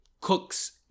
cooks